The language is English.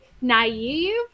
naive